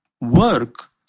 work